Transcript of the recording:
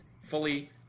fully